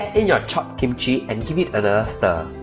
in your chopped kimchi and give it a stir